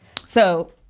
So-